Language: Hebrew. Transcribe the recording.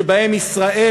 שבה ישראל,